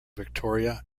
victoria